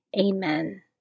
Amen